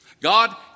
God